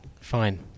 Fine